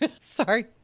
sorry